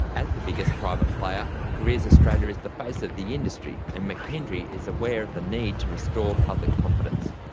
as the biggest private player, careers australia is the face of the industry and mckendry is aware of the need to restore public confidence.